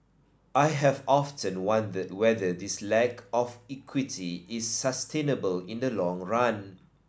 I have often wondered whether this lack of equity is sustainable in the long run